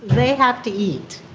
they have to eat.